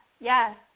yes